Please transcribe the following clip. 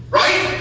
right